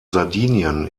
sardinien